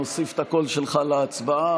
נוסיף את הקול שלך להצבעה.